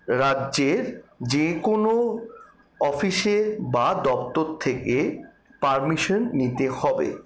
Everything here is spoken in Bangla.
রাজ্যের যে কোনো অফিসে বা দপ্তর থেকে পারমিশন নিতে হবে